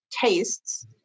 tastes